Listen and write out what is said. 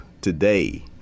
today